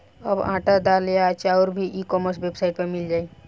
अब आटा, दाल या चाउर भी ई कॉमर्स वेबसाइट पर मिल जाइ